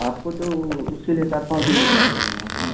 آپ کو تو اس کے لیے چار پانچ دن رکنا پڑے گا یہاں پہ